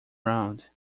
round